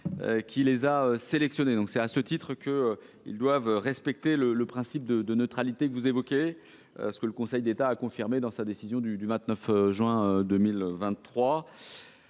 qui les a sélectionnés. C’est à ce titre qu’ils doivent respecter le principe de neutralité que vous évoquez. Le Conseil d’État l’a d’ailleurs confirmé dans sa décision du 29 juin 2023.